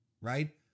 right